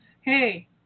Hey